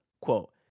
quote